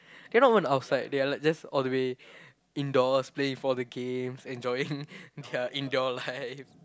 cannot even outside they are like just all the way indoors play all the games enjoying their indoor life